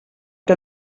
que